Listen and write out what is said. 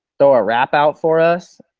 throw a rap out for us,